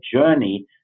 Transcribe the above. journey